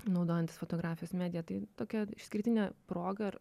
naudojantys fotografijos mediją tai tokia išskirtinė proga ir